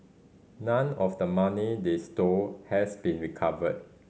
none of the money they stole has been recovered